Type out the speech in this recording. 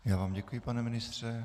Já vám děkuji, pane ministře.